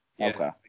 okay